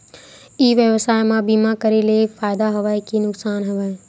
ई व्यवसाय म बीमा करे ले फ़ायदा हवय के नुकसान हवय?